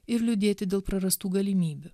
ir liūdėti dėl prarastų galimybių